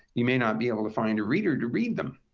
you may not be able to find a reader to read them.